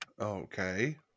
Okay